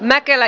mäkelä